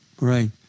Right